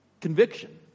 conviction